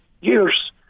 years